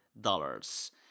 dollars